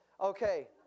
Okay